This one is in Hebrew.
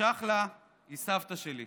צ'חלה היא סבתא שלי.